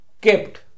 kept